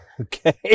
okay